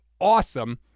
awesome